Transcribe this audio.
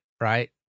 right